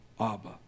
Abba